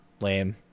Lame